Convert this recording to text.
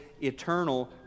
eternal